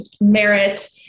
Merit